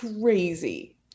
crazy